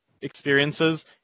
experiences